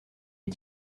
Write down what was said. est